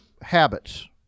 habits